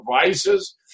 devices